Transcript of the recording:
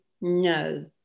no